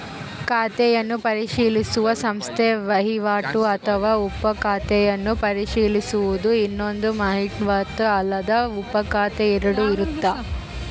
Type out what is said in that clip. ಖಾತೆಯನ್ನು ಪರಿಶೀಲಿಸುವ ಸಂಸ್ಥೆ ವಹಿವಾಟು ಅಥವಾ ಉಪ ಖಾತೆಯನ್ನು ಪರಿಶೀಲಿಸುವುದು ಇನ್ನೊಂದು ವಹಿವಾಟು ಅಲ್ಲದ ಉಪಖಾತೆ ಎರಡು ಇರುತ್ತ